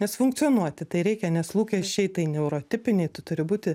nes funkcionuoti tai reikia nes lūkesčiai tai neurotipiniai turi būti